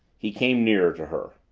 he came nearer to her.